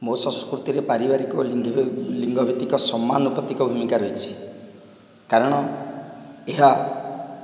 ମୋ ସଂସ୍କୃତିରେ ପାରିବାରିକ ଲିଙ୍ଗ ଲିଙ୍ଗଭିତ୍ତିକ ସମାନପ୍ରତୀକ ଭୂମିକା ରହିଛି କାରଣ ଏହା